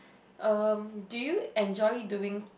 um do you enjoy doing